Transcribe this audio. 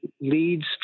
leads